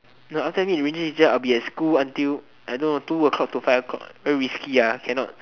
no after I meet the rangers teacher I will be at school until I don't know two o-clock to five o-clock very risky ah cannot